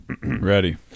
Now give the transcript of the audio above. ready